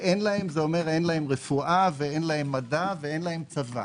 כלומר אין להן רפואה ואין להן מדע ואין להן צבא.